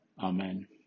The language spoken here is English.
amen